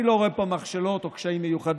אני לא רואה פה מכשלות או קשיים מיוחדים,